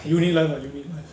unit life ah you mean